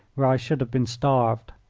where i should have been starved.